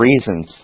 reasons